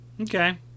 Okay